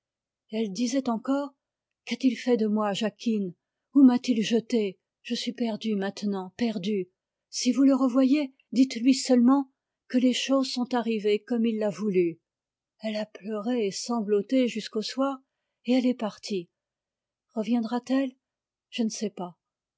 elle disait encore qu'a-t-il fait de moi jacquine où m'a-t-il jetée je suis perdue maintenant perdue si vous le revoyez dites-lui seulement que les choses sont arrivées comme il l'a voulu elle a pleuré et sangloté jusqu'au soir et elle est partie reviendra t elle je ne sais pas